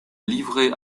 livrer